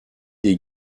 des